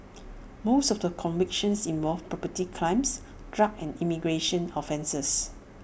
most of the convictions involved property crimes drug and immigration offences